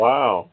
Wow